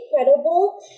incredible